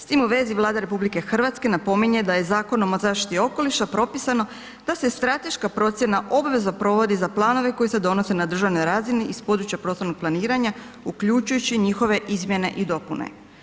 S tim u vezi Vlada RH napominje da je Zakonom o zaštiti okoliša propisano da se strateška procjena obvezno provodi za planove koji se donose na državnoj razini iz područja prostornog planiranja uključujući i njihove izmjene i dopune.